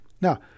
Now